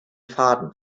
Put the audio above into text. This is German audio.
faden